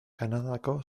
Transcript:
kanadako